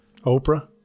Oprah